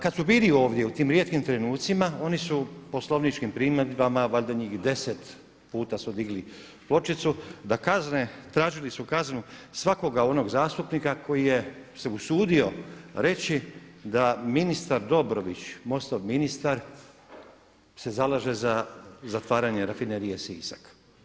Kad su bili ovdje u tim rijetkim trenucima oni su poslovničkim primjedbama valjda njih 10 puta su digli pločicu da kazne, tražili su kaznu svakoga onog zastupnika koje je se usudio reći da ministar Dobrović, MOST-ov ministar se zalaže za zatvaranje rafinerije Sisak.